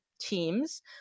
teams